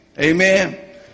Amen